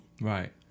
Right